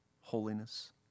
holiness